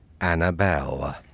Annabelle